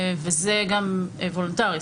וזה גם וולונטרי,